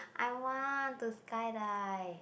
I want to skydive